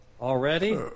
Already